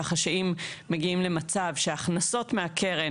כך שאם מגיעים למצב שההכנסות מהקרן